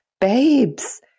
Babes